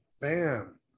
Bam